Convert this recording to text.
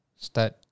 start